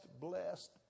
blessed